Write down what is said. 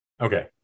Okay